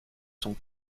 sont